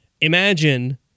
imagine